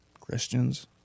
Christians